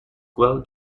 well